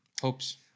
hopes